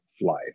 life